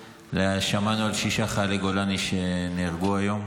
שמענו על שישה חיילי גולני שנהרגו היום.